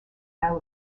isle